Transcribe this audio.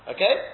Okay